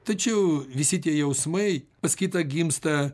tačiau visi tie jausmai pas kitą gimsta